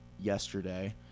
yesterday